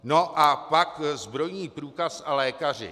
No a pak zbrojní průkaz a lékaři.